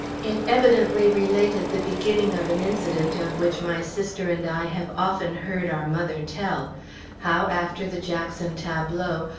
it evidently related the beginning of an incident of which my sister and i have often heard our mother tell how, after the jackson tableaux,